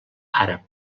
àrab